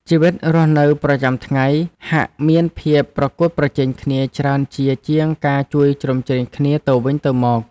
ជីវិតរស់នៅប្រចាំថ្ងៃហាក់មានភាពប្រកួតប្រជែងគ្នាច្រើនជាជាងការជួយជ្រោមជ្រែងគ្នាទៅវិញទៅមក។